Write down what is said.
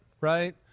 Right